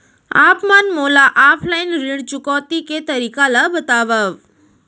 आप मन मोला ऑफलाइन ऋण चुकौती के तरीका ल बतावव?